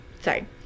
sorry